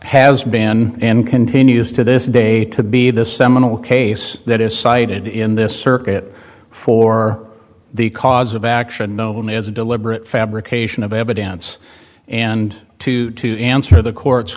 has been and continues to this day to be this seminal case that is cited in this circuit for the cause of action known as a deliberate fabrication of evidence and to to answer the court